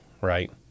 right